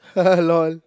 lol